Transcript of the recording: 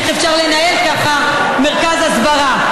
איך אפשר לנהל ככה מרכז הסברה?